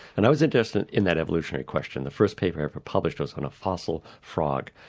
and i was interested in that evolutionary question. the first paper i ever published was on a fossil frog.